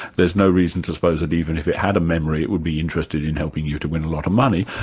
there's no reason to suppose that even if it had a memory it would be interested in helping you to win a lot of money,